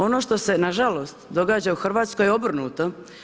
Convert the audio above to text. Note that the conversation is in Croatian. Ono što se nažalost događa u Hrvatskoj je obrnuto.